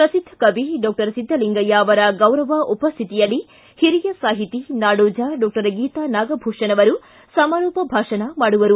ಪ್ರಸಿದ್ದ ಕವಿ ಡಾಕ್ಷರ್ ಸಿದ್ದಲಿಂಗಯ್ಯ ಅವರ ಗೌರವ ಉಪಸ್ಥಿತಿಯಲ್ಲಿ ಹಿರಿಯ ಸಾಹಿತಿ ನಾಡೋಜ ಡಾಕ್ಷರ್ ಗೀತಾ ನಾಗಭೂಷಣ ಅವರು ಸಮಾರೋಪ ಭಾಷಣ ಮಾಡುವರು